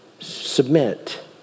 Submit